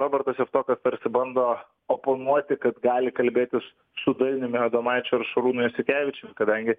robertas javtokas tarsi bando oponuoti kad gali kalbėtis su dainiumi adomaičiu ar šarūnu jasikevičiumi kadangi